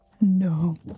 No